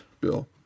Bill